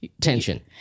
tension